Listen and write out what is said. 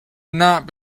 not